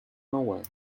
nowhere